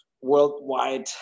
worldwide